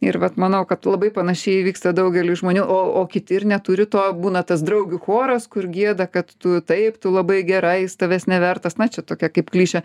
ir vat manau kad labai panašiai vyksta daugeliui žmonių o o kiti ir neturi to būna tas draugių choras kur gieda kad tu taip tu labai gera jis tavęs nevertas na čia tokia kaip klišė